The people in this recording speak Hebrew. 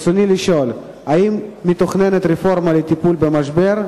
רצוני לשאול: 1. האם מתוכננת רפורמה לטיפול במשבר?